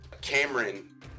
cameron